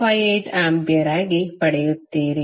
458 ampere ಆಗಿ ಪಡೆಯುತ್ತೀರಿ